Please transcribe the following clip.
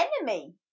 enemy